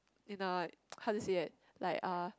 you know like how to say it like uh